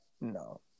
no